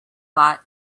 lot